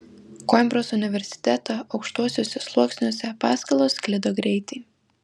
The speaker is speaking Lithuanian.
koimbros universiteto aukštuosiuose sluoksniuose paskalos sklido greitai